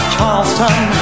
Charleston